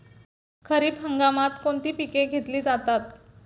खरीप हंगामात कोणती पिके घेतली जातात?